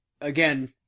again